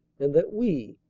and that we,